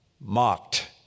mocked